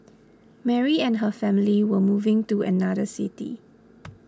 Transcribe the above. Mary and her family were moving to another city